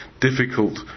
difficult